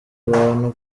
abantu